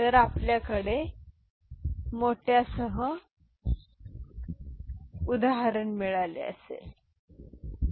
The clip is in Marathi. जर आपल्याकडे मोठ्यासह उदाहरण मिळाले असेल तर हे 4 ने भाड्याने जाईल जरा ठीक आहे